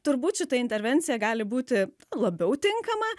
turbūt šita intervencija gali būti labiau tinkama